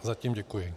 Zatím děkuji.